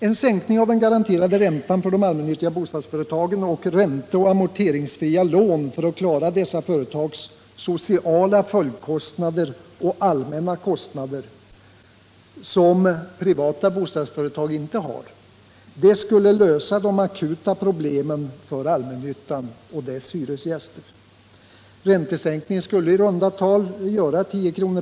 En sänkning av den garanterade räntan för de allmännyttiga bostadsföretagen och ränteoch amorteringsfria lån för att klara dessa företags sociala följdkostnader och allmänna kostnader, som privata bostadsföretag inte har, skulle lösa de akuta problemen för allmännyttan och dess hyresgäster. Räntesänkningen skulle i runda tal göra 10 kr.